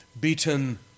beaten